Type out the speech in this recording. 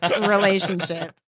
relationship